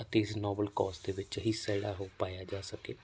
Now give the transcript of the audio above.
ਅਤੇ ਇਸ noble cause ਦੇ ਵਿੱਚ ਹਿੱਸਾ ਜਿਹੜਾ ਉਹ ਪਾਇਆ ਜਾ ਸਕੇ